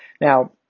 Now